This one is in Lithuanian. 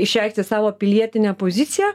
išreikšti savo pilietinę poziciją